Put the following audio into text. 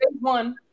one